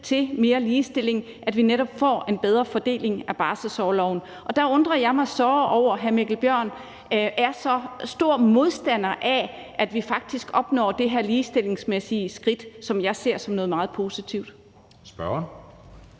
mod mere ligestilling, at vi netop får en bedre fordeling af barselsorloven, og der undrer jeg mig såre over, at hr. Mikkel Bjørn er så stor modstander af, at vi faktisk får taget det her ligestillingsmæssige skridt, som jeg ser som noget meget positivt.